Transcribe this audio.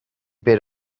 bet